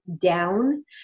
down